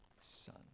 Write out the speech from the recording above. son